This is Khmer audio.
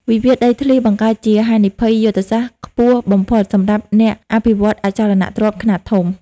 វិវាទដីធ្លីបង្កើតជា "ហានិភ័យយុទ្ធសាស្ត្រ" ខ្ពស់បំផុតសម្រាប់អ្នកអភិវឌ្ឍន៍អចលនទ្រព្យខ្នាតធំ។